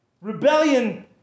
Rebellion